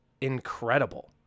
incredible